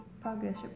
progress